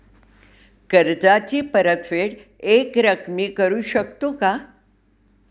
कर्जाची परतफेड एकरकमी करू शकतो का?